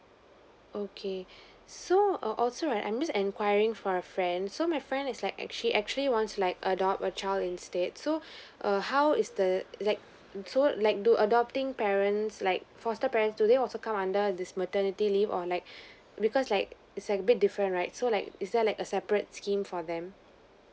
okay so err also right I'm just enquiring for a friend so my friend is like actually actually wants like adopt a child instead so err how is the like so like do adopting parents like foster parents do they also come under this maternity leave or like because like it's a bit different right so like is there like a separate scheme for them